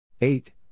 eight